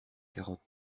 quarante